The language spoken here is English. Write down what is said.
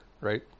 Right